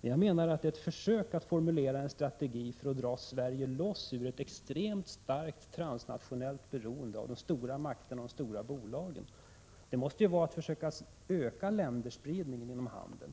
Jag menar att ett försök att formulera en strategi för att dra Sverige loss ur ett extremt starkt transnationellt beroende av de stora makterna och de stora bolagen måste innebära att man försöker öka länderspridningen inom handeln.